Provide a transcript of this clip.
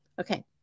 Okay